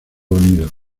unidos